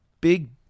big